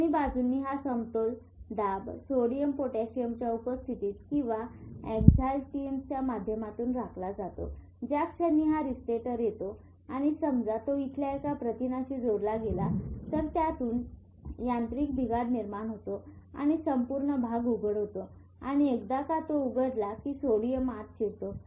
दोन्ही बाजूंनी हा समतोल दाब सोडियम पोटॅशियमच्या उपस्थितीत किंवा एन्झाईम्सच्या माध्यमातून राखला जातो ज्या क्षणी हा रिसेप्टर येतो आणि समजा तो इथल्या एका प्रथिनाशी जोडला गेला तर त्यातून यांत्रिक बिघाड निर्माण होतो आणि संपूर्ण भाग उघड होतो आणि एकदा तो उघडला की सोडियम आत शिरतो